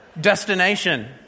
destination